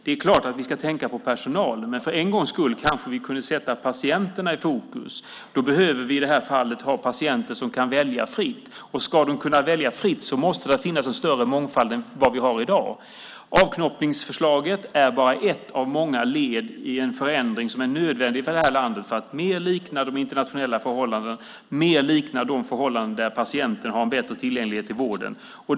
Det är klart att vi ska tänka på personalen, men för en gångs skull kanske vi kunde sätta patienterna i fokus. Vi behöver i detta fall ha patienter som kan välja fritt, och ska de kunna välja fritt måste det finnas en större mångfald än vad vi har i dag. Avknoppningsförslaget är bara ett av många led i en förändring som är nödvändig för det här landet för att mer likna internationella förhållanden och mer likna de förhållanden där patienten har en bättre tillgänglighet i vården.